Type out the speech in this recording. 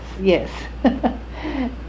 yes